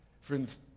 Friends